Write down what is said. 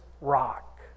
rock